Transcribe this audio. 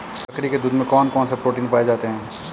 बकरी के दूध में कौन कौनसे प्रोटीन पाए जाते हैं?